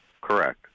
Correct